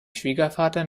schwiegervater